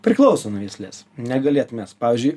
priklauso nuo veislės negalėt nes pavyzdžiui